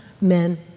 men